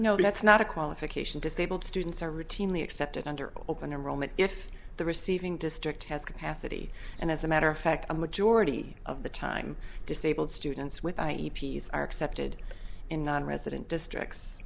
no that's not a qualification disabled students are routinely accepted under open enrollment if the receiving district has capacity and as a matter of fact a majority of the time disabled students with i e p s are accepted in nonresident districts